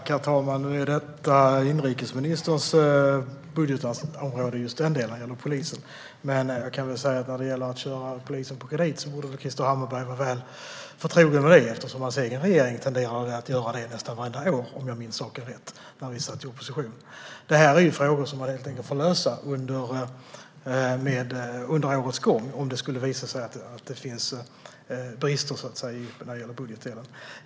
Herr talman! Nu tillhör just den delen som gäller polisen inrikesministerns budgetområde, men jag kan väl säga att när det gäller att köra polisen på kredit borde Krister Hammarbergh vara väl förtrogen med det, eftersom hans egen regering tenderade att göra det nästan varje år när vi satt i opposition, om jag minns saken rätt. Det här är frågor som man helt enkelt får lösa under årets gång om det skulle visa sig att det finns brister när det gäller budgetdelen.